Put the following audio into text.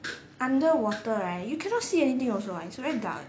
underwater right you cannot see anything also what it's very dark